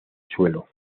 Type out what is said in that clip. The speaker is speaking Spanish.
suelo